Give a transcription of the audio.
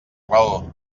raó